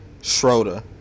Schroeder